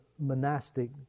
monastic